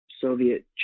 Soviet